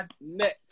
Net